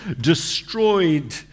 destroyed